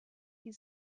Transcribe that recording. die